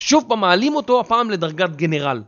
שוב במעלים אותו הפעם לדרגת גנרל